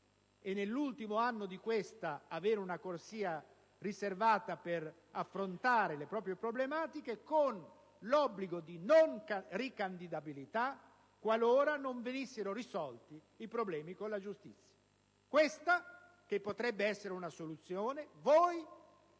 nell'ultimo anno di essa di avere una corsia riservata per affrontare il giudizio, con l'obbligo di non ricandidabilità qualora non venissero risolti i propri problemi con la giustizia. Questa, che potrebbe essere una soluzione, voi non